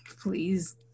Please